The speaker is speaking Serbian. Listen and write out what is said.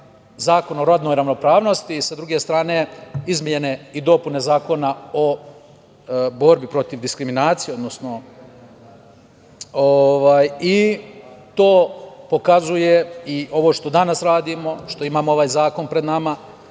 Zakon o rodnoj ravnopravnosti i, sa druge strane, izmene i dopune Zakona o borbi protiv diskriminacije. Ovo što danas radimo, što imamo ovaj zakon pred nama